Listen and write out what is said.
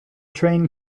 train